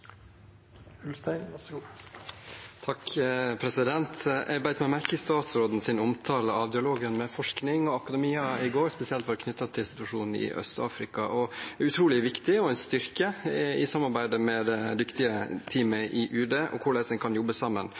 omtale av dialogen med forskning og akademia i går, spesielt knyttet til situasjonen i Øst-Afrika. Det er utrolig viktig og en styrke i samarbeidet med det dyktige teamet i UD, hvordan en kan jobbe sammen.